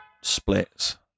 splits